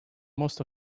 most